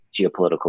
geopolitical